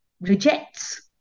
rejects